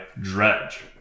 dredge